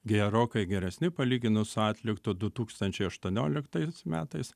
gerokai geresni palyginus su atliktu du tūkstančiai aštuonioliktais metais